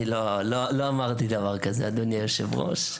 לא אמרתי דבר כזה, אדוני היושב ראש.